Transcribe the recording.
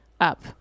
up